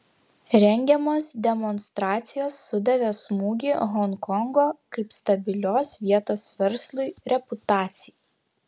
rengiamos demonstracijos sudavė smūgį honkongo kaip stabilios vietos verslui reputacijai